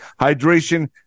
hydration